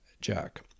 Jack